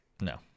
No